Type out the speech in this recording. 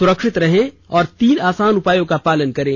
सुरक्षित रहें और तीन आसान उपायों का पालन करें